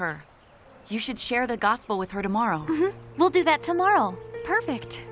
her you should share the gospel with her tomorrow we'll do that tomorrow perfect